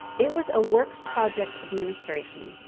it was a works project administration,